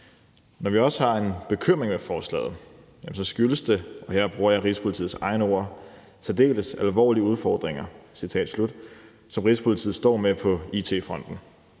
Når vi også har en bekymring ved forslaget, skyldes det, og her bruger jeg Rigspolitiets egne ord, særdeles alvorlige udfordringer – citat slut – som Rigspolitiet står med på it-fronten.